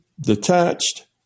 detached